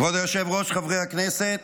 כבוד היושב-ראש, חברי הכנסת,